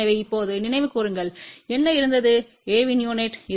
எனவே இப்போது நினைவுகூருங்கள் என்ன இருந்தது A இன் யுனிட்